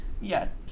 Yes